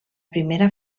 primera